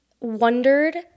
wondered